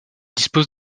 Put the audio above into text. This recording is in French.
dispose